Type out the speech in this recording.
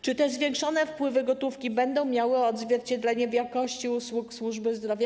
Czy te zwiększone wpływy gotówki będą miały odzwierciedlenie w jakości usług służby zdrowia?